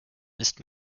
ist